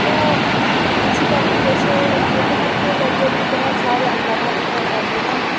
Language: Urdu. تو اسی طریقے سے حکومت کے ذریعے بھی بہت سارے اقدامات اٹھائے جاتے ہیں